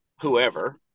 whoever